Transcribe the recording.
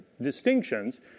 distinctions